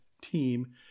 team